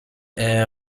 est